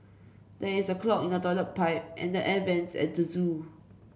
there is a clog in the toilet pipe and the air vents at the zoo